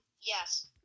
yes